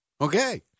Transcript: Okay